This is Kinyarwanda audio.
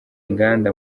inganda